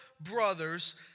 brothers